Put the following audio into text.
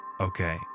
Okay